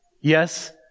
Yes